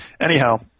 Anyhow